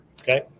Okay